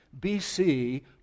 BC